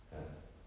!huh!